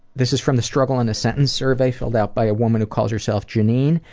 this is from the struggle in a sentence survey filled out by a woman who calls herself jenean.